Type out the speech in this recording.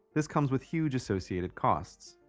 this comes with huge associated costs.